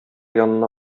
янына